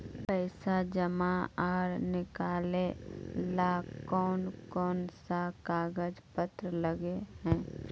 पैसा जमा आर निकाले ला कोन कोन सा कागज पत्र लगे है?